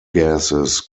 gases